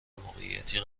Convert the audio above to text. موقعیتی